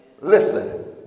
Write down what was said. Listen